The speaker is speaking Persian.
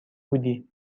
بودی